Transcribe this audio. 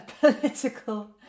political